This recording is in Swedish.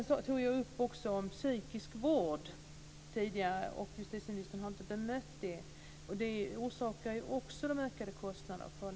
Jag tog också upp frågan om psykisk vård, och justitieministern har inte bemött det. Det orsakar också ökade kostnader.